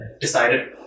decided